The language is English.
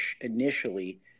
initially